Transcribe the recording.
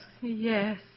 Yes